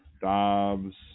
Dobbs